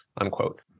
unquote